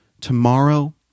tomorrow